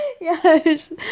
Yes